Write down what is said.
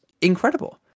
incredible